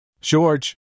George